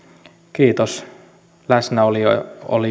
kiitän läsnäolijoita